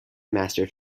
mastered